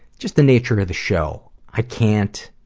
just the nature of the show, i can't